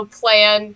plan